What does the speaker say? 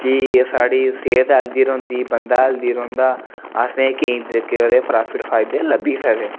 कि साढ़ी सेहत हैल्दी रौंह्दी बंदा हैल्दी रौंह्दा असेंई केईं तरीके ओह्दे प्राफिट फायदे लब्भी सकदे